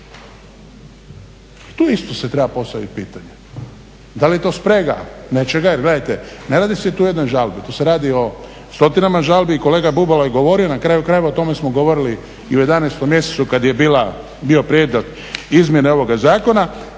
Tu isto se treba postavit pitanje da li je to sprega nečega, jer gledajte ne radi se tu o jednoj žalbi. Tu se radi o stotinama žalbi i kolega Bubalo je govorio, na kraju krajeva o tome smo govorili i u 11. mjesecu kad je bio prijedlog izmjena ovoga zakona.